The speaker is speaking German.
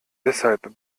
deshalb